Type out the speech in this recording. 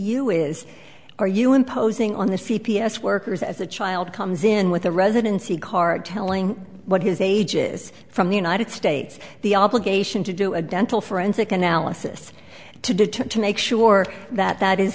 you is are you imposing on this fee p s workers as a child comes in with a residency card telling what his age is from the united states the obligation to do a dental forensic analysis to determine to make sure that that is